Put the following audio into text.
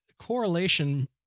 correlation